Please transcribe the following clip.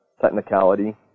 technicality